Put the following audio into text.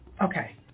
okay